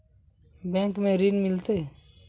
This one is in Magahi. बैंक में ऋण मिलते?